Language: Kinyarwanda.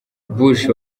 bush